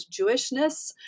Jewishness